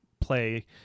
play